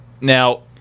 Now –